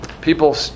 People